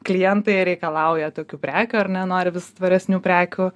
klientai reikalauja tokių prekių ar ne nori vis tvaresnių prekių